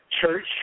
church